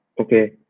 Okay